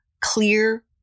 clear